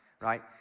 right